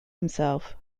himself